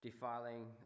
defiling